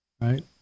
Right